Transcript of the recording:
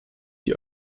die